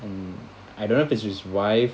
um I don't know if is his wife